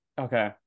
Okay